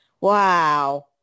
Wow